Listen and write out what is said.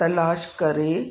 तलाश करे